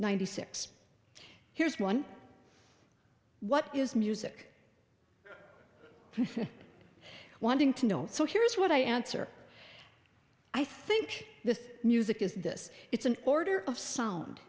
ninety six here's one what is music wanting to know so here's what i answer i think this music is this it's an order of sound